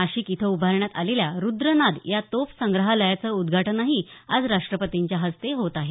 नाशिक इथं उभारण्यात आलेल्या रुद्रनाद या तोफ संग्रहालयाचं उद्घाटनही आज राष्ट्रपतींच्या हस्ते होत आहे